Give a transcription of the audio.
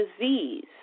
disease